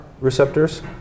receptors